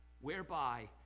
whereby